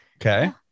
Okay